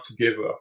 together